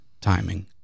timing